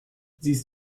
siehst